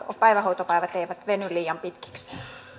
päivähoitopäivät eivät veny liian pitkiksi